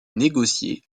négocier